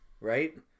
Right